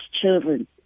children